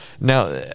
now